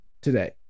today